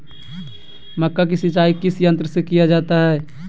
मक्का की सिंचाई किस यंत्र से किया जाता है?